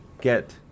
get